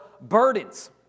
burdens